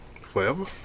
forever